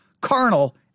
carnal